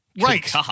right